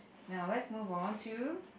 now let's move on to